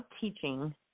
teaching